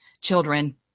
children